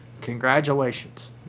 Congratulations